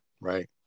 right